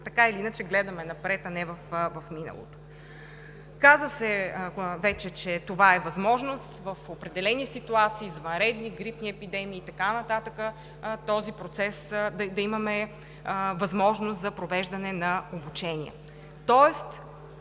така или иначе гледаме напред, а не в миналото. Каза се вече, че това е възможност в определени ситуации – извънредни грипни епидемии и така нататък, да имаме възможност за провеждане на обучението,